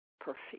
perfect